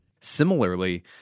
Similarly